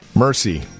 Mercy